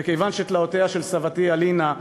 וכיוון שתלאותיה של סבתי הלינה,